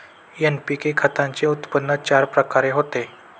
NPK खताचे उत्पन्न चार प्रकारे होते